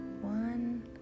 one